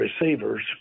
receivers